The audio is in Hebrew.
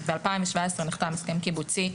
ב-2017 נחתם הסכם קיבוצי,